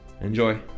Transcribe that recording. Enjoy